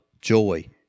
joy